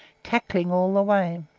cackling all the way.